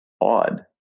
odd